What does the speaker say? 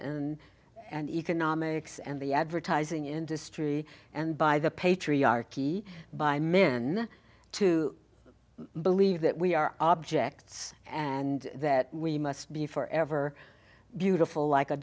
and and economics and the advertising industry and by the patriarchy by men to believe that we are objects and that we must be for ever beautiful like a